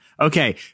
Okay